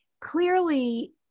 Clearly